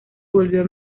volvió